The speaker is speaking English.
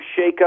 shakeup